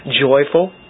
joyful